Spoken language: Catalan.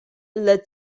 les